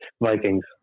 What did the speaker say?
Vikings